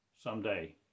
someday